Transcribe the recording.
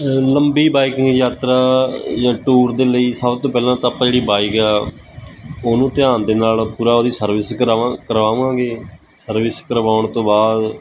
ਲੰਬੀ ਬਾਇਕਿੰਗ ਯਾਤਰਾ ਜਾਂ ਟੂਰ ਦੇ ਲਈ ਸਭ ਤੋਂ ਪਹਿਲਾਂ ਤਾਂ ਆਪਾਂ ਜਿਹੜੀ ਬਾਈਕ ਆ ਉਹਨੂੰ ਧਿਆਨ ਦੇ ਨਾਲ ਪੂਰਾ ਉਹਦੀ ਸਰਵਿਸ ਕਰਾਵਾਂ ਕਰਾਵਾਂਗੇ ਸਰਵਿਸ ਕਰਵਾਉਣ ਤੋਂ ਬਾਅਦ